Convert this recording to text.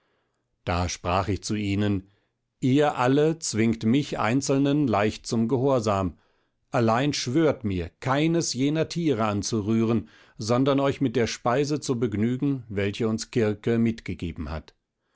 da sprach ich zu ihnen ihr alle zwingt mich einzelnen leicht zum gehorsam allein schwört mir keines jener tiere anzurühren sondern euch mit der speise zu begnügen welche uns kirke mitgegeben hat